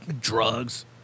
drugs